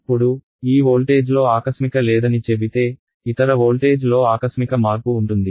ఇప్పుడు ఈ వోల్టేజ్లో ఆకస్మిక లేదని చెబితే ఇతర వోల్టేజ్ లో ఆకస్మిక మార్పు ఉంటుంది